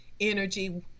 energy